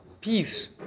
peace